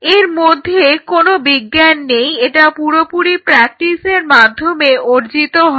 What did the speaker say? এর মধ্যে কোনো বিজ্ঞান নেই এটা পুরোপুরি প্রাকটিসের মাধ্যমে অর্জিত হয়